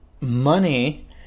money